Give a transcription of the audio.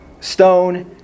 stone